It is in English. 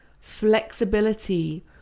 flexibility